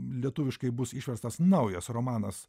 lietuviškai bus išverstas naujas romanas